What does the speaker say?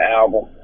album